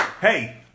Hey